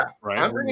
Right